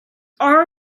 our